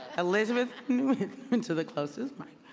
elizabeth went to the closest mic.